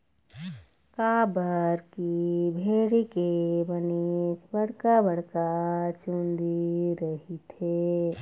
काबर की भेड़ी के बनेच बड़का बड़का चुंदी रहिथे